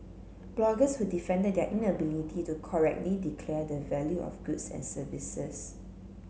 bloggers who defended their inability to correctly declare the value of goods and services